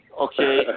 Okay